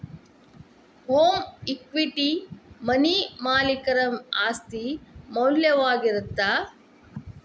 home equity money ಮಾಲೇಕರ ಆಸ್ತಿ ಮೌಲ್ಯವಾಗಿರತ್ತ